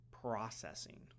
processing